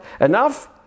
enough